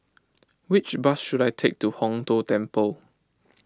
which bus should I take to Hong Tho Temple